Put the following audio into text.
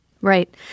Right